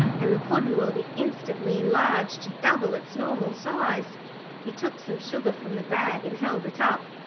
and the puddin' will be instantly enlarged to double its normal size he took some sugar from the bag and held it up.